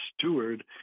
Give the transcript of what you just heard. steward